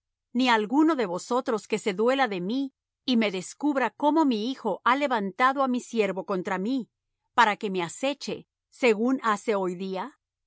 ni alguno de vosotros que se duela de mí y me descubra como mi hijo ha levantado á mi siervo contra mí para que me aceche según hace hoy día